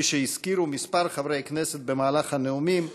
כפי שהזכירו כמה חברי כנסת במהלך הנאומים,